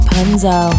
Punzo